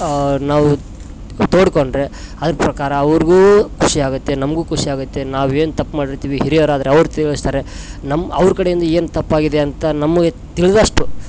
ನಾವು ತೋಡ್ಕೊಂಡರೆ ಅದರ ಪ್ರಕಾರ ಅವರಿಗೂ ಖುಷಿಯಾಗುತ್ತೆ ನಮಗೂ ಖುಷಿಯಾಗುತ್ತೆ ನಾವೇನು ತಪ್ಪ್ ಮಾಡಿರ್ತಿವಿ ಹಿರಿಯರಾದರೆ ಅವರು ತೀರಿಸ್ತರೆ ನಮ್ಮ ಅವರ ಕಡೆಯಿಂದ ಏನು ತಪ್ಪಾಗಿದೆ ಅಂತ ನಮಗೆ ತಿಳಿದಷ್ಟು